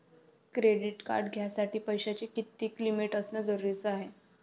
Credit card घ्यासाठी पैशाची कितीक लिमिट असनं जरुरीच हाय?